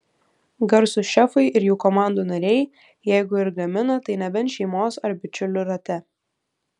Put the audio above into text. garsūs šefai ir jų komandų nariai jeigu ir gamina tai nebent šeimos ar bičiulių rate